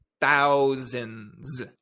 thousands